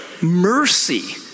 mercy